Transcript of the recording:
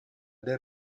del